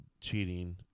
cheating